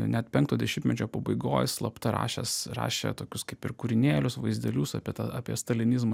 net penkto dešimtmečio pabaigoj slapta rašęs rašė tokius kaip ir kūrinėlius vaizdelius apie tą apie stalinizmą